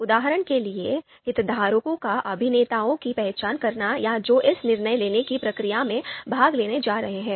उदाहरण के लिए हितधारकों या अभिनेताओं की पहचान करना या जो इस निर्णय लेने की प्रक्रिया में भाग लेने जा रहे हैं